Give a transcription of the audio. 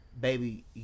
baby